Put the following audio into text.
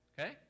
Okay